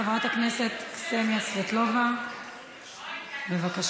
חברת הכנסת קסניה סבטלובה, בבקשה.